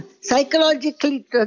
Psychologically